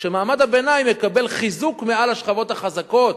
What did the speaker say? שמעמד הביניים יקבל חיזוק מעל השכבות החזקות,